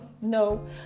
no